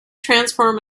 transform